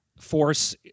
force